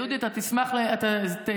דודי, אתה תשמח, אתה תיהנה.